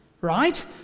right